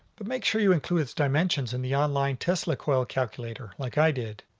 but make sure you include its dimensions in the online tesla coil calculator like i did.